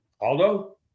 Aldo